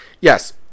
yes